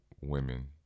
women